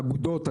אגודות,